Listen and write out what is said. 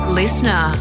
listener